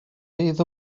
bydd